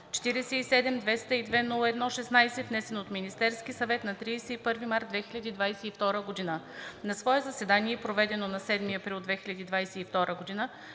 47-202-01-16, внесен от Министерския съвет на 31 март 2022 г. На свое заседание, проведено на 7 април 2022 г.,